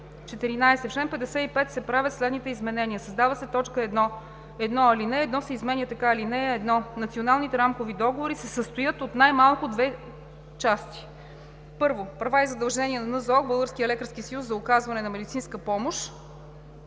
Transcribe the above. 14. В чл. 55 се правят следните изменения: - създава се т. 1: „1. Ал. 1 се изменя така: „(1) Националните рамкови договори се състоят от най-малко две части: 1. Права и задължения на НЗОК, Българския лекарски съюз за оказване на медицинска помощ,